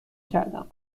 کردم